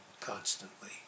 constantly